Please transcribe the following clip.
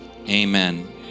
Amen